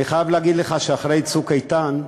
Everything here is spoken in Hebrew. אני חייב להגיד לך שאחרי "צוק איתן",